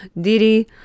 Diddy